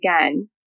again